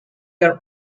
are